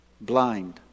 blind